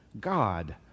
God